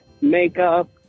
makeup